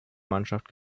mannschaft